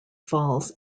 falls